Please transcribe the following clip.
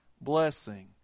blessing